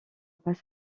pas